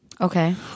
Okay